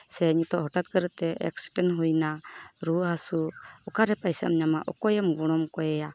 ᱥᱮ ᱱᱤᱛᱳᱜ ᱦᱚᱴᱟᱛ ᱠᱚᱨᱮᱛᱮ ᱮᱠᱥᱤᱰᱮᱱ ᱦᱩᱭᱮᱱᱟ ᱨᱩᱣᱟᱹ ᱦᱟᱥᱩ ᱚᱠᱟᱨᱮ ᱯᱚᱭᱥᱟᱢ ᱧᱟᱢᱟ ᱚᱠᱚᱭᱮᱢ ᱜᱚᱲᱚᱢ ᱠᱷᱚᱭᱮᱭᱟ